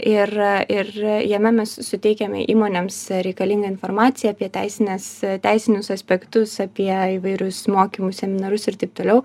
ir ir jame mes suteikiame įmonėms reikalingą informaciją apie teisines teisinius aspektus apie įvairius mokymus seminarus ir taip toliau